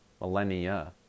Millennia